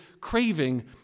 craving